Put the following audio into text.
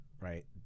right